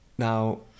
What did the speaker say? Now